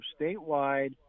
statewide